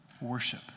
Worship